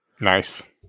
nice